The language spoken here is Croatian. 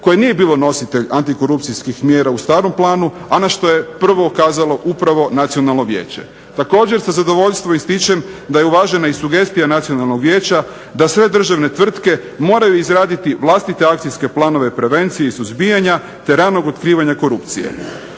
koje nije bilo nositelj antikorupcijskih mjera u starom planu, a na što je prvo ukazalo upravo Nacionalno vijeće. Također sa zadovoljstvom ističem da je uvažena i sugestija Nacionalnog vijeća da sve državne tvrtke moraju izraditi vlastite akcijske planove prevencije i suzbijanja, te ranog otkrivanja korupcije.